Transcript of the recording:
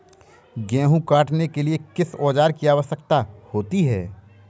गेहूँ काटने के लिए किस औजार की आवश्यकता होती है?